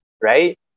Right